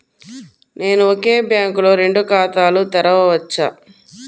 నేను ఒకే బ్యాంకులో రెండు ఖాతాలు తెరవవచ్చా?